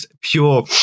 pure